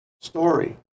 story